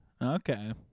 Okay